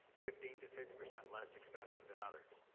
fifteen to fifty percent less expensive than others.